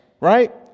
right